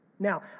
Now